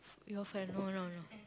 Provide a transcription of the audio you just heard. your friend no no no